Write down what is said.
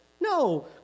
No